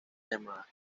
llamada